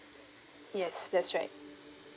yes that's right